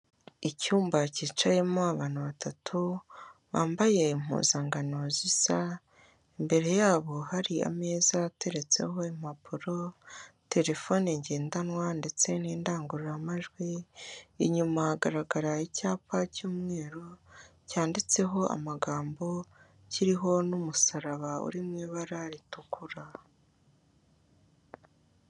Icyumba cyicayemo abantu batatu, bambaye impuzankano zisa, imbere yabo hari ameza ateretseho impapuro, telefone ngendanwa, ndetse n'indangururamajwi. Inyuma hagaragara icyapa cy'umweru cyanditseho amagambo kiriho n'umusaraba uri mu ibara ritukura.